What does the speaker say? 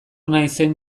naizen